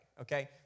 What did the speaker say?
okay